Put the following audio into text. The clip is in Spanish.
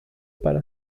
para